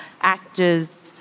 actors